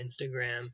Instagram